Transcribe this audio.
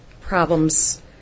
problems